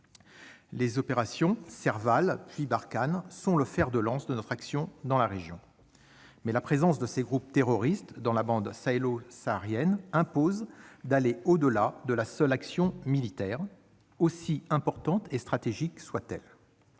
Les opérations Serval, puis Barkhane sont le fer de lance de notre action dans la région, mais la présence de ces groupes terroristes dans la bande sahélo-saharienne impose d'aller au-delà de la seule action militaire, aussi importante et stratégique soit-elle.